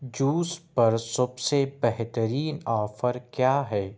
juice پر سب سے بہترین آفر کیا ہے